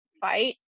fight